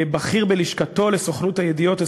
בכיר בלשכתו לסוכנות הידיעות,